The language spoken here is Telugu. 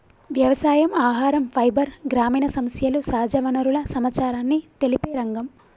వ్యవసాయం, ఆహరం, ఫైబర్, గ్రామీణ సమస్యలు, సహజ వనరుల సమచారాన్ని తెలిపే రంగం